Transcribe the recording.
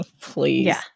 please